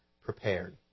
prepared